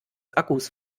akkus